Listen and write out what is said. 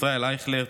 ישראל אייכלר,